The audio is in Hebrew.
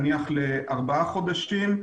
נניח לארבעה חודשים,